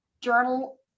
journal